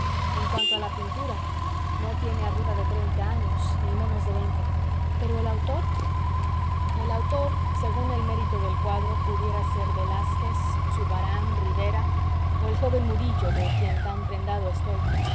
en cuanto a la pintura no tiene arriba de treinta años ni menos de veinte pero el autor el autor según el mérito del cuadro pudiera ser velazquez zurbarán ribera o el joven murillo de quien tan prendado estoy